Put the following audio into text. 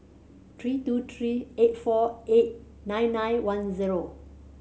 three two three eight four eight nine nine one zero